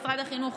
משרד החינוך,